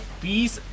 peace